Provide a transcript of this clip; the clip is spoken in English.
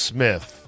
Smith